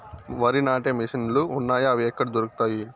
వరి నాటే మిషన్ ను లు వున్నాయా? అవి ఎక్కడ దొరుకుతాయి?